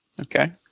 okay